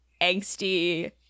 angsty